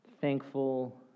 thankful